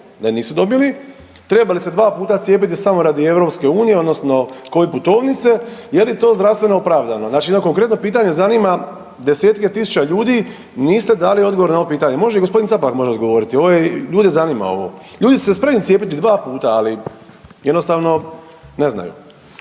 je nisu dobili, treba li se 2 puta cijepiti samo radi EU odnosno Covid putovnice, je li to zdravstveno opravdano. Znači jedno konkretno pitanje zanima desetke tisuća ljudi, niste dali odgovor na ovo pitanje. Može li gospodin Capak možda odgovoriti, ovo je, ljude zanima ovo. Ljudi su se spremni cijepiti 2 puta ali jednostavno ne znaju.